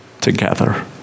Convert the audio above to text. together